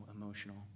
emotional